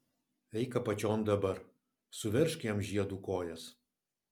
eik apačion dabar suveržk jam žiedu kojas